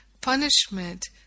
Punishment